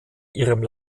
ihrem